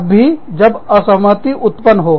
तब भी जब असहमति उत्पन्न हो